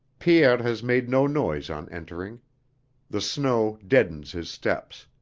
pierre has made no noise on entering the snow deadens his steps.